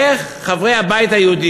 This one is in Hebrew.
איך חברי הבית היהודי,